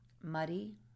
muddy